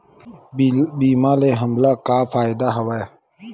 बीमा ले हमला का फ़ायदा हवय?